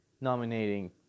nominating